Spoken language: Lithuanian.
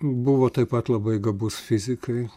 buvo taip pat labai gabus fizikai